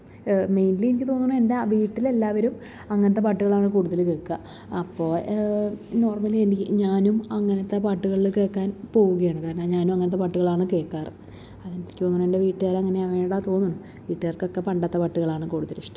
mainly എനിക്ക് തോന്നുന്നു എന്റെ അ വീട്ടില്ലെല്ലാവരും അങ്ങൻത്തെ പാട്ടുകളാണ് കൂടുതൽ കേൾക്കുക അപ്പോൾ നോർമലി എനിക്ക് ഞാനും അങ്ങൻത്തെ പാട്ടുകൾ കേൾക്കാൻ പോവുകയാണ് കാരണം ഞാൻ അങ്ങനത്തെ പാട്ടുകളാണ് കേൾക്കാറ് അതെനിക്ക് തോന്നുന്നത് എൻ്റെ വീട്ട്കാര് അങ്ങനെ ആയത് കൊണ്ടാണെന്നാണ് എനിക്ക് തോന്നുന്നത് വീട്ടുകാർക്കൊക്കെ പണ്ടത്തെ പാട്ടുകളാണ് കൂടുതൽ ഇഷ്ടം